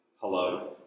hello